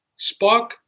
Spock